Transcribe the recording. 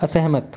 असहमत